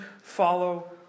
follow